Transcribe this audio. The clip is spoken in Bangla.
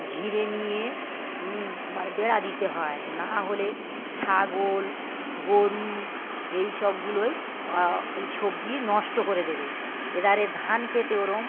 ঘিরে নিয়ে মানে বেড়া দিতে হয় না হলে ছাগল গোরু এই সবগুলোয় ওই সবজি নষ্ট করে দেবে এধারে ধান ক্ষেতে ওরকম